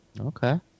okay